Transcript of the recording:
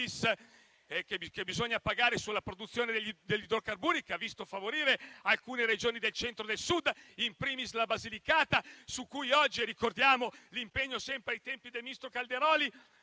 che bisogna pagare sulla produzione degli idrocarburi, che ha visto favorire alcune Regioni del Centro e del Sud, *in primis* la Basilicata. Ricordiamo oggi l'impegno, sempre ai tempi del ministro Calderoli,